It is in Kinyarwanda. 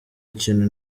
ikintu